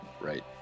Right